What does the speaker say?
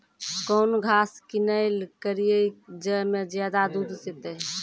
कौन घास किनैल करिए ज मे ज्यादा दूध सेते?